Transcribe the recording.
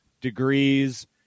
degrees